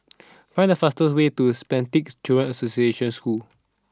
find the fast way to Spastic Children's Association School